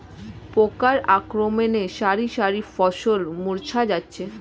পোকার আক্রমণে শারি শারি ফসল মূর্ছা যাচ্ছে